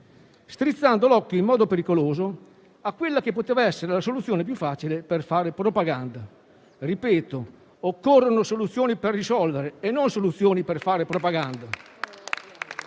strizzando l'occhio in modo pericoloso a quella che poteva essere la soluzione più facile per fare propaganda. Ripeto, occorrono soluzioni per risolvere e non soluzioni per fare propaganda.